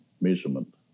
measurement